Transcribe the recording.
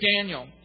Daniel